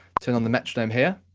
turn on the metronome here.